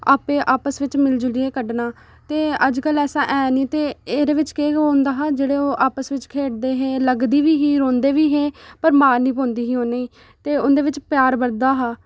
आपें आपस बिच मिली जुलियै कड्ढना ते अजकल ऐसा है निं ते ओह्दे बिच केह् होंदा हा जेह्ड़े ओह् आपस बिच खेढदे हे लगदी बी ही रोंदे बी हे पर मार निं पौंदी ही उ'नें ई ते ते उं'दे बिच प्यार बधदा हा